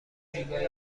زیبایی